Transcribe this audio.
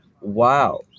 Wow